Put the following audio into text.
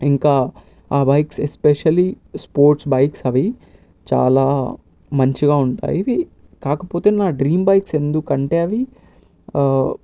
ఇంకా ఆ bikes especially sports bikes అవి చాలా మంచిగా ఉంటాయి కాకపోతే నా డ్రీమ్ బైక్స్ ఎందుకంటే అవి